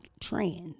trans